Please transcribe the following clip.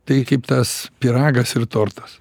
tai kaip tas pyragas ir tortas